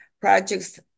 projects